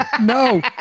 No